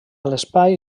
l’espai